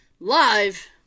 Live